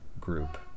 group